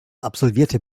absolvierte